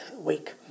week